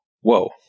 whoa